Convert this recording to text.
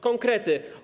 Konkrety.